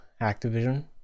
Activision